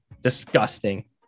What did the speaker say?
disgusting